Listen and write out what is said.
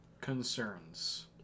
concerns